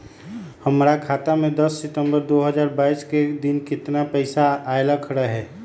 हमरा खाता में दस सितंबर दो हजार बाईस के दिन केतना पैसा अयलक रहे?